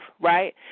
right